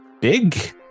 big